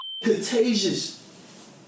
Contagious